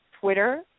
Twitter